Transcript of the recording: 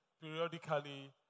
periodically